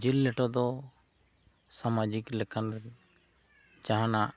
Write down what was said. ᱡᱤᱞ ᱞᱮᱴᱚ ᱫᱚ ᱥᱟᱢᱟᱡᱤᱠ ᱞᱮᱠᱟᱱ ᱡᱟᱦᱟᱱᱟᱜ